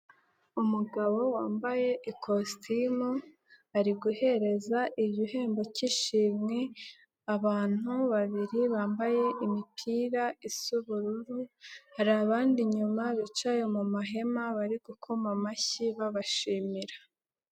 Umugabo wambaye ikositimu ari guhereza igihembo k'ishimwe abantu babiri bambaye imipira isa ubururu, hari abandi inyuma bicaye mu mahema bari gukoma amashyi babashimira.